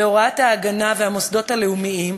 בהוראת "ההגנה" והמוסדות הלאומיים,